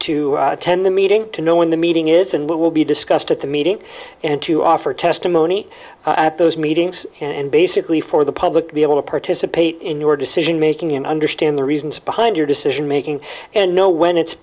to attend the meeting to know when the meeting is and what will be discussed at the meeting and to offer testimony at those meetings and basically for the public to be able to participate in your decision making in understand the reasons behind your decision making and know when it's